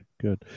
good